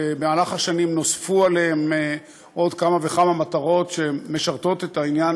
במהלך השנים נוספו עליהן עוד כמה וכמה מטרות שמשרתות את העניין